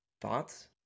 thoughts